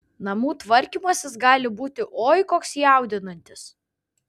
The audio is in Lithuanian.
namų tvarkymasis gali būti oi koks jaudinantis